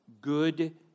good